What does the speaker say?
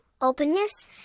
openness